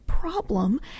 problem